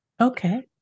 Okay